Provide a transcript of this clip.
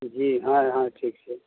जी हँ हँ ठीक छै